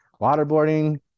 Waterboarding